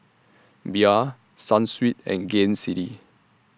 Bia Sunsweet and Gain City